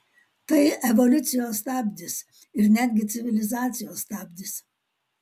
tai evoliucijos stabdis ir netgi civilizacijos stabdis